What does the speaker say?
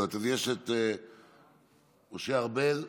משה ארבל,